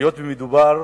היות שמדובר